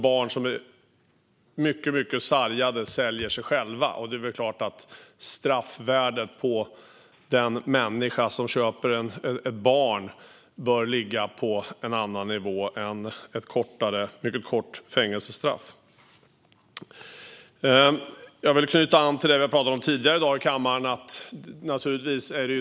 Barn som är mycket, mycket sargade säljer sig själva, och det är klart att straffvärdet för att köpa ett barn bör ligga på en annan nivå än ett mycket kort fängelsestraff. Jag vill knyta an till det som vi har pratat om tidigare i dag här i kammaren.